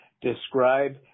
describe